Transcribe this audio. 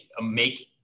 make